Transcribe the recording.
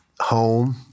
home